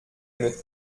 une